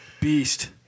Beast